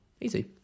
Easy